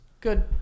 Good